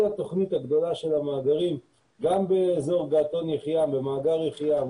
התוכנית הגדולה של המאגרים גם באזור געתון-יחיעם במאגר יחיעם,